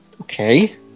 okay